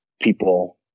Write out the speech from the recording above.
people